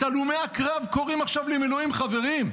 את הלומי הקרב קוראים עכשיו למילואים, חברים.